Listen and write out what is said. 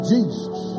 Jesus